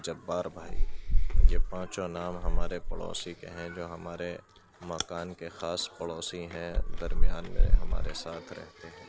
جبار بھائی یہ پانچوں نام ہمارے پڑوسی کے ہیں جو ہمارے مکان کے خاص پڑوسی ہیں درمیان میں ہمارے ساتھ رہتے ہیں